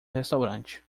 restaurante